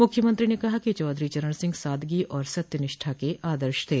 मुख्यमंत्री ने कहा कि चौधरी चरण सिंह सादगी और सत्यनिष्ठा के आदर्श थे